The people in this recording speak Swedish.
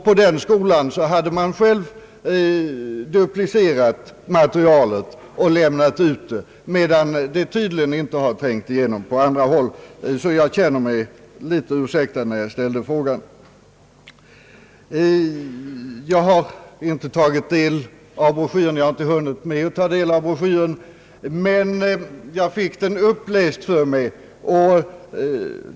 På den skolan hade man själv duplicerat materialet och lämnat ut det, medan det tydligen inte har trängt igenom på andra håll. Jag känner mig därför litet ursäktad för att ha ställt min fråga. Jag har inte hunnit ta del av broschyren, men jag fick den uppläst för mig.